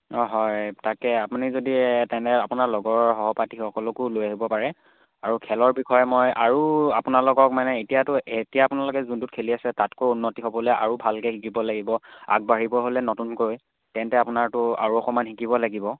অঁ হয় তাকে আপুনি যদি তেনে আপোনাৰ লগৰ সহপাঠীসকলকো লৈ আহিব পাৰে আৰু খেলৰ বিষয়ে মই আৰু আপোনালোকক মানে এতিয়াতো এতিয়া আপোনালোকে যোনটোত খেলি আছে তাতকৈ উন্নতি হ'বলৈ আৰু ভালকৈ শিকিব লাগিব আগবাঢ়িব হ'লে নতুনকৈ তেন্তে আপোনাৰতো আৰু অকণমান শিকিব লাগিব